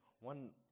One